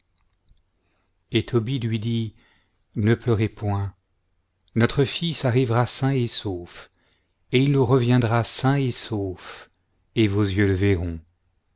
et tobie lui dit ne pleurez point notre fils arrivera sain et sauf et il reviendra sain et sauf et vos yeux le verront